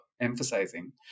emphasizing